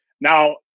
Now